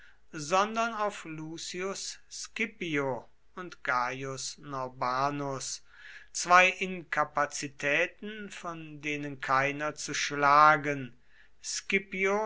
sondern auf lucius scipio und gaius norbanus zwei inkapazitäten von denen keiner zu schlagen